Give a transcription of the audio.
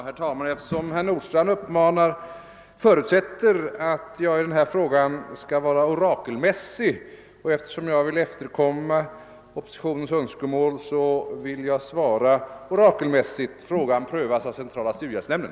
Herr talman! Eftersom herr Nordstrandh förutsätter att jag i denna fråga skall vara orakelmässig och eftersom jag vill efterkomma oppositionens Önskemål skall jag svara orakelmässigt: Frågan prövas av centrala studiehjälpsnämnden.